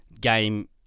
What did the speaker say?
game